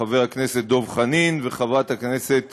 חבר הכנסת דב חנין וחברת הכנסת